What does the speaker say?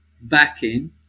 backing